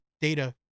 data